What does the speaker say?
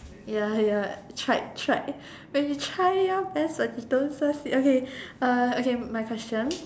ya ya tried tried when you try your best but you don't succeed okay uh okay my question